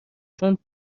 چون